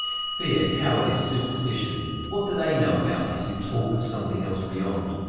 fear, cowardice, superstition! what do they know about it who talk of something else beyond?